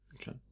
Okay